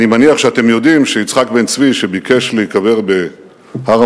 אני מניח שאתם יודעים שיצחק בן-צבי ביקש להיקבר בהר-המנוחות,